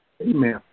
Amen